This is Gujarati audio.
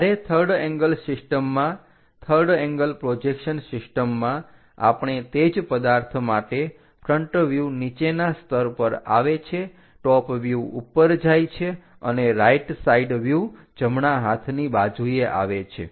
જ્યારે થર્ડ એંગલ સિસ્ટમમાં થર્ડ એંગલ પ્રોજેક્શન સિસ્ટમમાં આપણે તે જ પદાર્થ માટે ફ્રન્ટ વ્યુહ નીચેના સ્તર પર આવે છે ટોપ વ્યૂહ ઉપર જાય છે અને રાઇટ સાઈડ વ્યુહ જમણા હાથની બાજુએ આવે છે